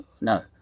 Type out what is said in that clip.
no